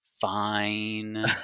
fine